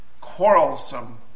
quarrelsome